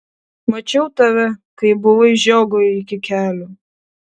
mačiau tave kai buvai žiogui iki kelių